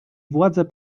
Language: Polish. władze